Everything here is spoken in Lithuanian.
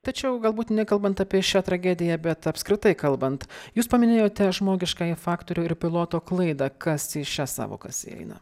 tačiau galbūt nekalbant apie šią tragediją bet apskritai kalbant jūs paminėjote žmogiškąjį faktorių ir piloto klaidą kas į šias sąvokas įeina